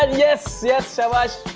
um yes, yes. so ah